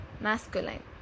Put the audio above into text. Masculine